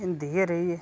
हिंदी गै रेही